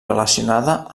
relacionada